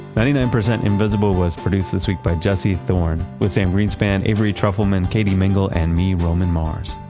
ninety nine percent invisible was produced this week by jesse thorne with sam greenspan, avery trufelman, katie mingle and me roman mars.